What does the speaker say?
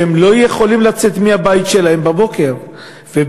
הם לא יכולים לצאת מהבית שלהם בבוקר והם